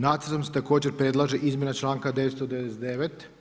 Nacrtom se također predlaže izmjena članka 999.